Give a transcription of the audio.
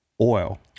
oil